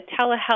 telehealth